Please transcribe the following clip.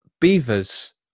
beavers